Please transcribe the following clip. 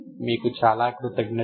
మీకు చాలా కృతజ్ఞతలు